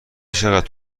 چقدر